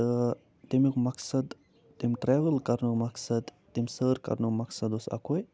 تہٕ تَمیُک مقصد تَمہِ ٹرٛٮ۪ول کرنُک مٮقصد تَمہِ سٲر کرنُک مقصد اوس اَکوے